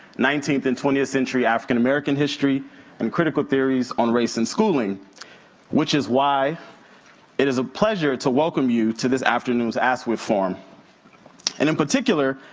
nineteenth and twentieth century african-american history and critical theories on race and schooling which is why it is a pleasure to welcome you to this afternoon's askwith forum. and in particular,